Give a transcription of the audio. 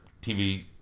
TV